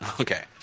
Okay